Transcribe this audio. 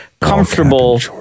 comfortable